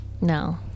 No